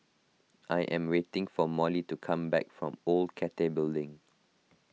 I am waiting for Molly to come back from Old Cathay Building